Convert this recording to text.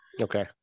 Okay